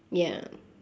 ya